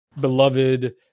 beloved